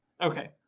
Okay